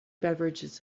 beverages